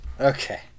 Okay